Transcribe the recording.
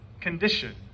condition